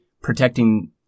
protecting